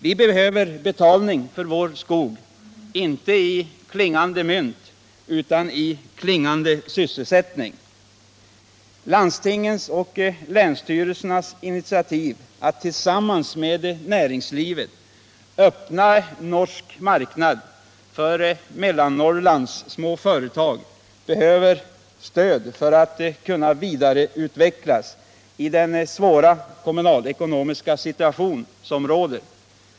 Vi behöver betalning för vår skog inte i klingande mynt, utan i ”klingande sysselsättning”. Landstingens och länsstyrelsernas initiativ att tillsammans med näringslivet öppna norsk marknad för Mellannorrlands små företag behöver stöd för att kunna vidareutvecklas i den svåra kommunalekonomiska situation som råder.